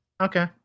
Okay